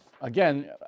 Again